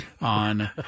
on